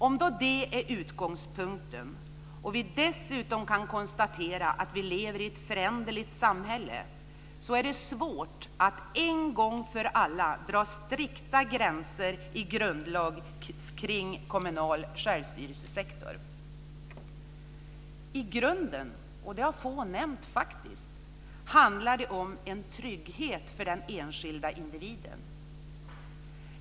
Om det då är utgångspunkten, och vi dessutom kan konstatera att vi lever i ett föränderligt samhälle, är det svårt att en gång för alla i grundlagen dra strikta gränser kring kommunal självstyrelsesektor. I grunden - det har få nämnt - handlar det om en trygghet för den enskilde individen.